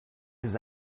his